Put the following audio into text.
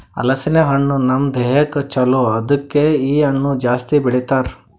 ಹಲಸಿನ ಹಣ್ಣು ನಮ್ ದೇಹಕ್ ಛಲೋ ಅದುಕೆ ಇ ಹಣ್ಣು ಜಾಸ್ತಿ ಬೆಳಿತಾರ್